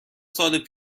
سال